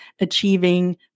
achieving